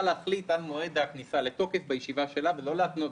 להחליט על מועד הכניסה לתוקף ולא להתנות,